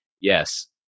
yes